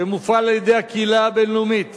שמופעל על-ידי הקהילה הבין-לאומית